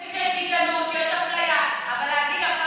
אתה יכול להגיד שיש גזענות,